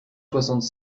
soixante